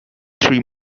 three